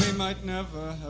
might never have.